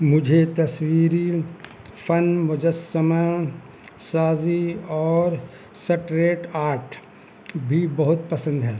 مجھے تصویری فن مجسمہ سازی اور سٹریٹ آرٹ بھی بہت پسند ہے